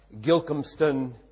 Gilcomston